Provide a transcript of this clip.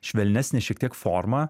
švelnesne šiek tiek forma